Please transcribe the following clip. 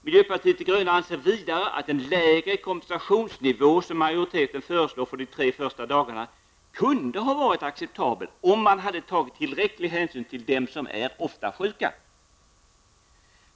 Miljöpartiet de gröna anser vidare att den lägre kompensationsnivå som majoriteten föreslår för de tre första dagarna kunde ha varit acceptabel, om man hade tagit tillräcklig hänsyn till dem som ofta är sjuka.